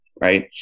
right